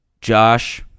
Josh